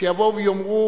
שיבואו ויאמרו: